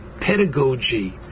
pedagogy